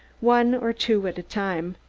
one or two at a time,